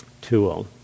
tool